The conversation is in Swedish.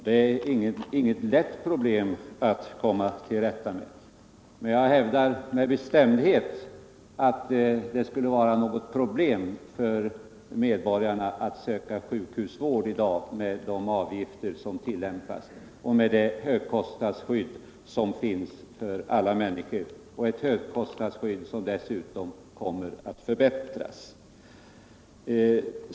Det är inget lätt problem att komma till rätta med, men jag förnekar bestämt att det skulle vara något problem för medborgarna att söka sjukhusvård i dag med de avgifter som tillämpas och med det högkostnadsskydd som finns för alla människor, ett högkostnadsskydd som dessutom kommer att förbättras.